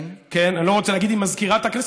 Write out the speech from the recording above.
אני לא רוצה להגיד עם מזכירת הכנסת.